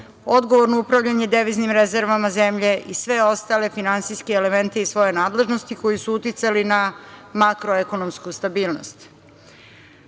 odgovorno upravljanje deviznim rezervama zemlje i sve ostale finansijske elemente iz svoje nadležnosti, koji su uticali na makroekonomsku stabilnost. Savet